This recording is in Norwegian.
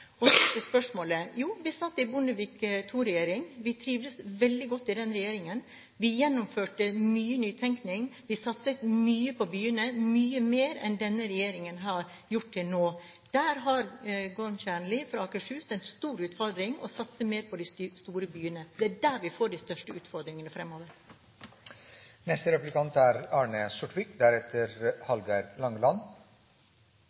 Så til spørsmålet. Vi satt i Bondevik II-regjeringen. Vi trivdes veldig godt i den regjeringen. Vi gjennomførte mye nytenkning. Vi satset mye på byene – mye mer enn denne regjeringen har gjort til nå. Der har Gorm Kjernli fra Akershus en stor utfordring; å satse mer på de store byene. Det er der vi får de største utfordringene fremover. Det er